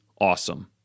awesome